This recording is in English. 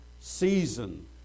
season